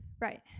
right